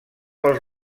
pels